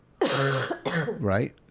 Right